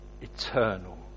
eternal